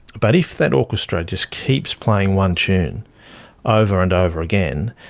but if that orchestra just keeps playing one tune over and over again,